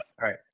right